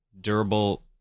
durable